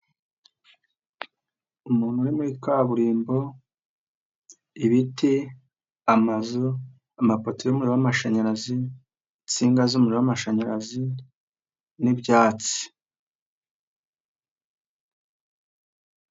Umuntu uri muri kaburimbo, ibiti, amazu, amapoto y'umuriro w'amashanyarazi, insinga z'umuriro w'amashanyarazi n'ibyatsi.